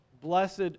blessed